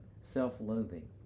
self-loathing